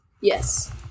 Yes